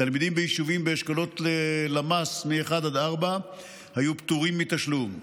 ותלמידים ביישובים באשכולות למ"ס מ-1 עד 4 היו פטורים מתשלום,